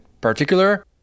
particular